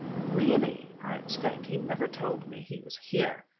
really! i exclaimed, he never told me he was here.